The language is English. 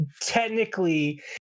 technically